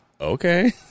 okay